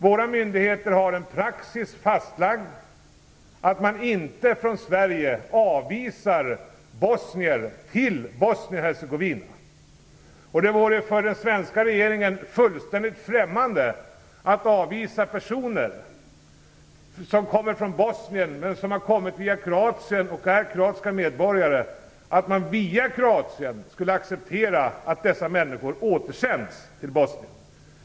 Våra myndigheter har en praxis fastlagd som innebär att man inte från Sverige avvisar bosnier till Bosnien-Hercegovina. Det vore för den svenska regeringen fullständigt främmande att avvisa personer som kommer från Bosnien men som har kommit via Kroatien och är kroatiska medborgare och att acceptera att dessa människor via Kroatien återsänds till Bosnien.